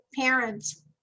parents